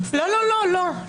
לא, לא, לא.